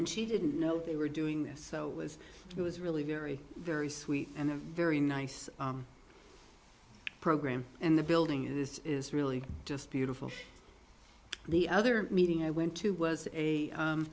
and she didn't know they were doing this so it was it was really very very sweet and a very nice program and the building it is is really just beautiful the other meeting i went to was a